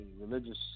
religious